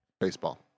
Baseball